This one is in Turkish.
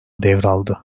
devraldı